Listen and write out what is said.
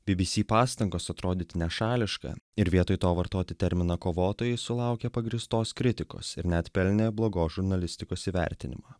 bbc pastangos atrodyti nešališka ir vietoj to vartoti terminą kovotojai sulaukė pagrįstos kritikos ir net pelnė blogos žurnalistikos įvertinimą